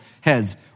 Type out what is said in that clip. heads